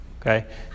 Okay